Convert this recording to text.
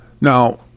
Now